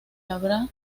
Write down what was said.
habrá